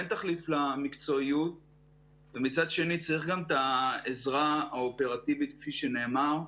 אין תחליף למקצועיות ומצד שני צריך גם את העזרה האופרטיבית כפי שנאמר.